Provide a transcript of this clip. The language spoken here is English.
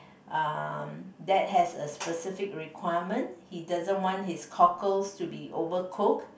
uh dad has a specific requirement he doesn't want his cockles to be overcook